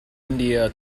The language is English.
india